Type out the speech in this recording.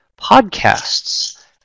podcasts